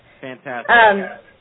Fantastic